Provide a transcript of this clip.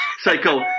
Psycho